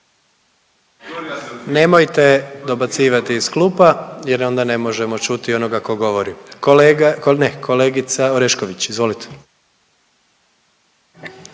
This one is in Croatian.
Nemojte dobacivati iz klupa jer onda ne možemo čuti onoga ko govori. Kolega, ne, kolegica Orešković izvolite.